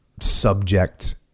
subject